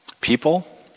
People